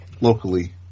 locally